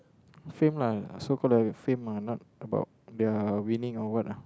fame lah so called the fame lah not about their winning or what ah